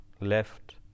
left